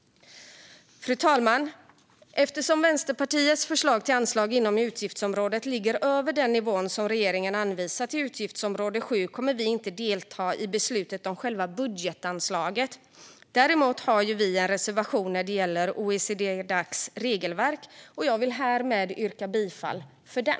Fru talman! Eftersom Vänsterpartiets förslag till anslag inom utgiftsområdet ligger över den nivå som regeringen anvisar till utgiftsområde 7 kommer vi inte att delta i beslutet om själva budgetanslaget. Däremot har vi en reservation när det gäller OECD-Dacs regelverk, och jag vill härmed yrka bifall till den.